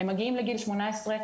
הם מגיעים לגיל 18,